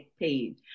paid